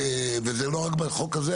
וזה לא רק בחוק הזה,